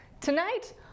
Tonight